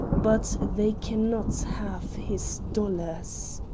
but they can not have his dollars.